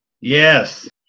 yes